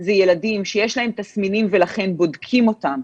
אלה ילדים שיש להם תסמינים ולכן בודקים אותם,